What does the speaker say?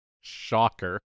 Shocker